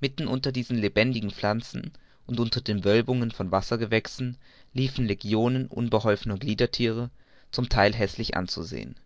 mitten unter diesen lebendigen pflanzen und unter den wölbungen von wassergewächsen liefen legionen unbeholfener gliederthiere zum theil häßlich anzusehen